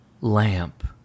lamp